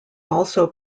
also